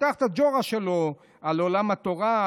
פותח את הג'ורה שלו על עולם התורה,